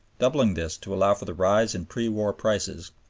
doubling this to allow for the rise in pre-war prices,